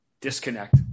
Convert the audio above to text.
disconnect